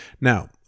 Now